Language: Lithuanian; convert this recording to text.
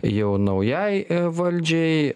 jau naujai valdžiai